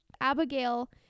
Abigail